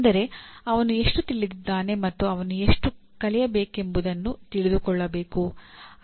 ಅಂದರೆ ಅವನು ಎಷ್ಟು ತಿಳಿದಿದ್ದಾನೆ ಮತ್ತು ಅವನು ಎಷ್ಟು ಕಲಿಯಬೇಕೆಂಬುದನ್ನು ತಿಳಿದುಕೊಳ್ಳಬೇಕು